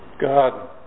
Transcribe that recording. God